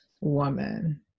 woman